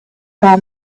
found